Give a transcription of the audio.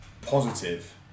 positive